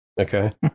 okay